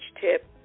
tip